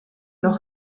noch